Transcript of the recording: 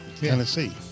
Tennessee